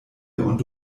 und